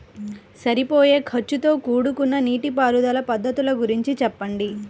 సరిపోయే ఖర్చుతో కూడుకున్న నీటిపారుదల పద్ధతుల గురించి చెప్పండి?